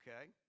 okay